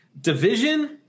division